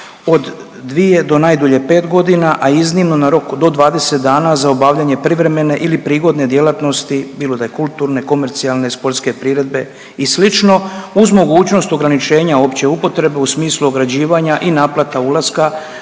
od dvije do najdulje pet godina, a iznimno na rok do 20 dana za obavljanje privremene ili prigodne djelatnosti bilo da je kulturne, komercijalne, sportske priredbe i sl. uz mogućnost ograničenja opće upotrebe u smislu ograđivanja i naplata ulaska,